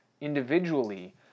individually